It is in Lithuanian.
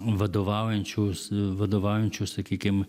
vadovaujančius vadovaujančių sakykim